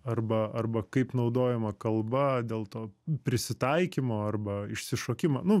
arba arba kaip naudojama kalba dėl to prisitaikymo arba išsišokimo nu